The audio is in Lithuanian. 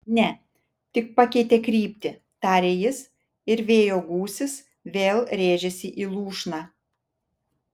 ne tik pakeitė kryptį tarė jis ir vėjo gūsis vėl rėžėsi į lūšną